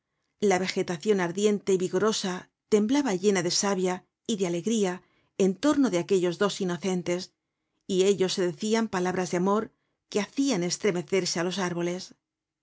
la vegetacion ardiente y vigorosa temblaba llena de savia y de alegría en torno de aquellos dos inocentes y ellos se decian palabras de amor que hacian estremecerse á los árboles